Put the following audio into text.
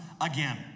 again